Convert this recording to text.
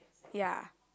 ya